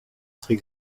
très